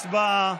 הצבעה.